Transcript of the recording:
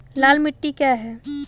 लाल मिट्टी क्या है?